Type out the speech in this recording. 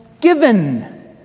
given